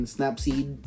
Snapseed